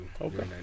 Okay